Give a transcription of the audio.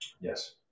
Yes